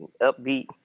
upbeat